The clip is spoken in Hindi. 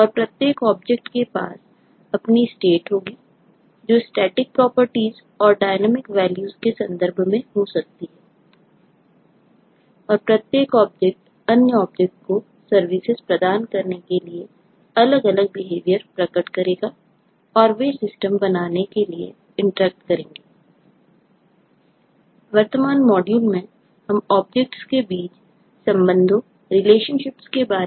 और प्रत्येक ऑब्जेक्ट करेंगे